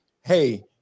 hey